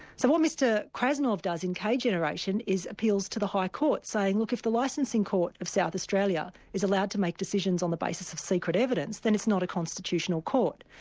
so what mr krasnov does in k-generation k-generation is appeals to the high court, saying, look, if the licensing court of south australia is allowed to make decisions on the basis of secret evidence, then it's not a constitutional court.